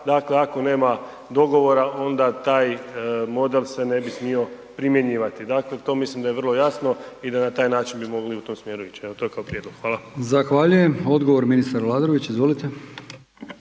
Dakle ako nema dogovora onda taj model se ne bi smio primjenjivati. Dakle to mislim da je vrlo jasno i da na taj način bi mogli u tom smjeru ići. Evo, to je kao prijedlog. Hvala. **Brkić, Milijan (HDZ)** Zahvaljujem. Odgovor ministar Aladrović, izvolite.